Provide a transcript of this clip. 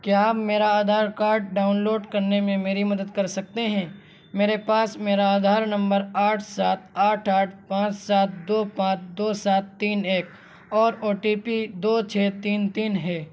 کیا آپ میرا آدھار کارڈ ڈاؤن لوڈ کرنے میں میری مدد کر سکتے ہیں میرے پاس میرا آدھار نمبر آٹھ سات آٹھ آٹھ پانچ سات دو پانچ دو سات تین ایک اور او ٹی پی دو چھ تین تین ہے